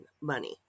money